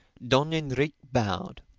don enrique bowed.